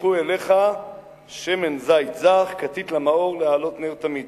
"ויקחו אליך שמן זית זך כתית למאור להעלות נר תמיד".